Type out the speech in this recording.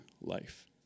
life